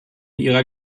ihrer